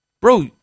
Bro